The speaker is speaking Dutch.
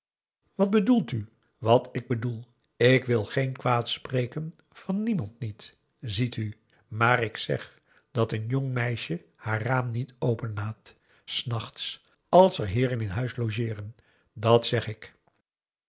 wat bedoelt u wat ik bedoel ik wil geen kwaad spreken van niemand niet ziet u maar ik zeg dat een jong meisje haar raam niet open laat s nachts als er hoeren in huis logeeren dat zeg ik